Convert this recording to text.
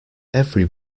every